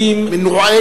אדוני.